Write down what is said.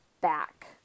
back